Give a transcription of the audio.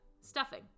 stuffing